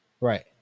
Right